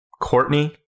Courtney